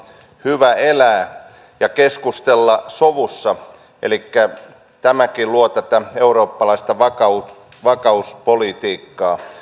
hyvä elää ja keskustella sovussa elikkä tämäkin luo tätä eurooppalaista vakauspolitiikkaa